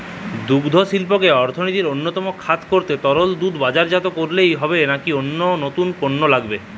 দুগ্ধশিল্পকে অর্থনীতির অন্যতম খাত করতে তরল দুধ বাজারজাত করলেই হবে নাকি নতুন পণ্য লাগবে?